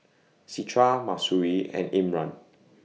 Citra Mahsuri and Imran